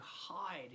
hide